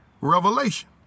revelation